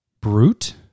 Brute